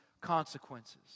consequences